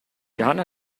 johanna